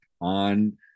on